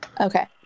Okay